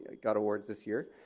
ah got awards this year.